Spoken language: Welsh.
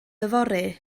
yfory